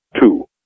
Two